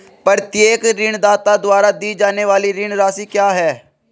प्रत्येक ऋणदाता द्वारा दी जाने वाली ऋण राशि क्या है?